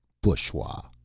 bushwa,